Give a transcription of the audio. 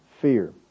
fear